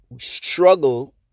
struggle